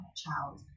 child